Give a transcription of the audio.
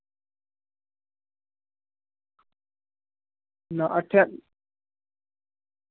ना अट्ठें दा